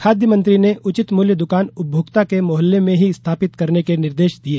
खाद्य मंत्री ने उचित मूल्य दुकान उपभोक्ता के मोहल्ले में ही स्थापित करने के निर्देश दिये